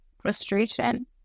frustration